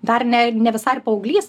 dar ne ne visai paauglys